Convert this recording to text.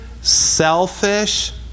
selfish